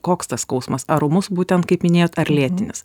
koks tas skausmas ar ūmus būtent kaip minėjot ar lėtinis